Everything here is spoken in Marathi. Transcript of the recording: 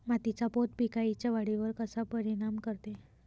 मातीचा पोत पिकाईच्या वाढीवर कसा परिनाम करते?